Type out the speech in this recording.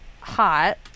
hot